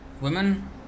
women